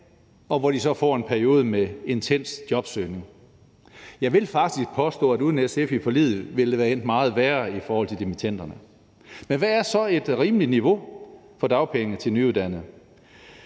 og hvor de så får en periode med intens jobsøgning. Jeg vil faktisk påstå, at uden SF i forliget ville det være endt meget værre i forhold til dimittenderne. Men hvad er så et rimeligt niveau for dagpenge til nyuddannede?